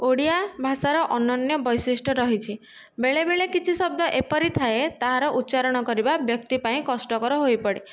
ଓଡିଆ ଭାଷାର ଅନନ୍ୟ ବୈଶିଷ୍ଟ୍ୟ ରହିଛି ବେଳେବେଳେ କିଛି ଶବ୍ଦ ଏପରି ଥାଏ ତାର ଉଚ୍ଚାରଣ କରିବା ବ୍ୟକ୍ତି ପାଇଁ କଷ୍ଟକର ହୋଇପଡ଼େ